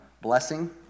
blessing